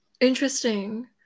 Interesting